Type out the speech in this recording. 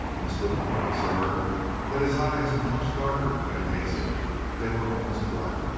miss whitmore observed that his eyes were much darker than hazel they were almost black.